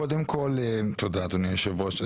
קודם כל תודה, אדוני היושב ראש.